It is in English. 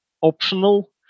optional